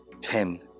ten